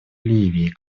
ливии